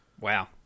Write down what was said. Wow